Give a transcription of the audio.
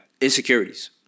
Insecurities